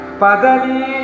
padani